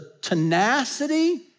tenacity